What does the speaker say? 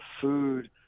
food